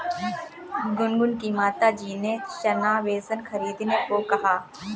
गुनगुन की माताजी ने चना बेसन खरीदने को कहा